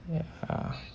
ya